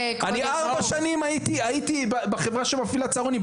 אני ארבע שנים הייתי בחברה שמפעילה צהרונים,